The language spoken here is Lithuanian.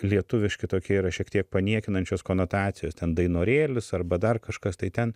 lietuviški tokia yra šiek tiek paniekinančios konotacijos ten dainorėlis arba dar kažkas tai ten